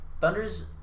Thunders